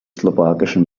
slowakischen